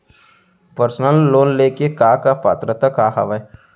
Personal loan ले के का का पात्रता का हवय?